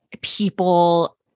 people